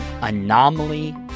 Anomaly